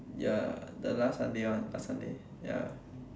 ya the last Sunday one last Sunday ya